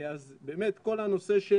אז באמת כל הנושא של,